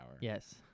yes